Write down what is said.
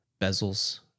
bezels